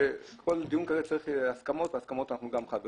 כי כל דיון כזה מצריך הסכמות ובזה גם אנחנו שותפים.